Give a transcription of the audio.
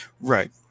Right